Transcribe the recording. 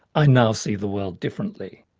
i now see the world differently.